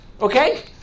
Okay